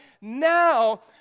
now